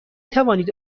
توانید